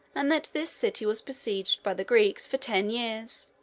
and that this city was besieged by the greeks for ten years,